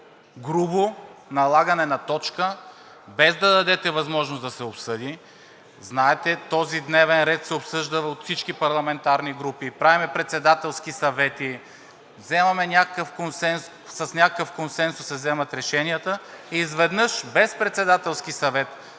грубо да налагате точка, без да дадете възможност да се обсъди. Знаете, че този дневен ред се обсъжда от всички парламентарни групи, правим председателски съвети и с някакъв консенсус се вземат решенията, а изведнъж без Председателски съвет,